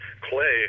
Clay